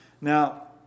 Now